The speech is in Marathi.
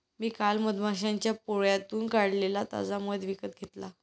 मी काल मधमाश्यांच्या पोळ्यातून काढलेला ताजा मध विकत घेतला